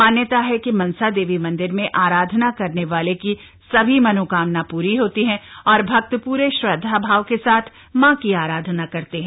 मान्यता है कि मनसा देवी मंदिर में आराधना करने वाले की सभी मनोकामनाएं पूरी होती हैं और भक्त पूरे श्रद्धाभाव के साथ मां की आराधना करते हैं